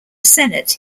senate